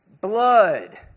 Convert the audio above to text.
Blood